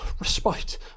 Respite